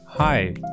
Hi